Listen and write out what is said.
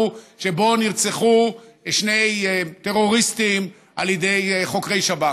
שבו נרצחו שני טרוריסטים על ידי חוקרי שב"כ.